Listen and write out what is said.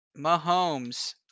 Mahomes